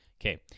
Okay